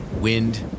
wind